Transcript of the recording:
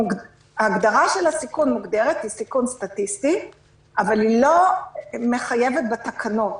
ההגדרה של הסיכון מוגדרת כסיכון סטטיסטי אבל היא לא מחייבת בתקנות.